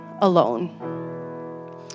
alone